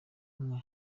umwe